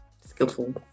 skillful